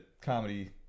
comedy